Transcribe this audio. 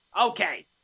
Okay